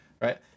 Right